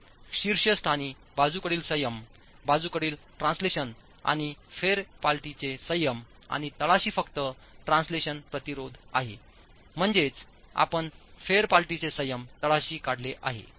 आपण शीर्षस्थानी बाजूकडील संयम बाजूकडील ट्रान्सलेशन आणि फेरपालटीचे संयम आणि तळाशी फक्तट्रान्सलेशन प्रतिरोध आहे म्हणजेच आपण फेरपालटीचे संयम तळाशी काढले आहे